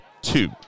two